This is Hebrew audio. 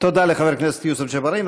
לחבר הכנסת יוסף ג'בארין.